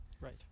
Right